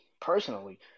personally